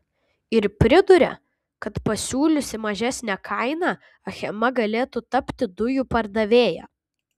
ir priduria kad pasiūliusi mažesnę kainą achema galėtų tapti dujų pardavėja